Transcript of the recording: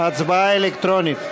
הצבעה אלקטרונית.